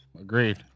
Agreed